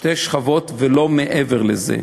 שתי שכבות, ולא מעבר לזה.